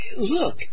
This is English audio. Look